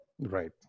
Right